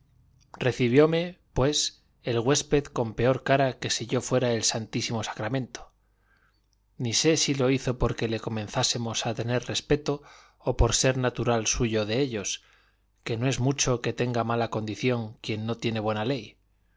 pueblo recibióme pues el huésped con peor cara que si yo fuera el santísimo sacramento ni sé si lo hizo porque le comenzásemos a tener respeto o por ser natural suyo de ellos que no es mucho que tenga mala condición quien no tiene buena ley